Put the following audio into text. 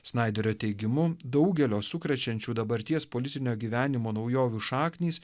snaiderio teigimu daugelio sukrečiančių dabarties politinio gyvenimo naujovių šaknys